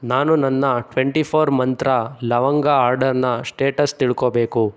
ನಾನು ನನ್ನ twenty four Mantra ಲವಂಗ ಆರ್ಡರ್ನ ಸ್ಟೇಟಸ್ ತಿಳ್ಕೊಳ್ಬೇಕು